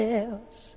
else